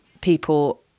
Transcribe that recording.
people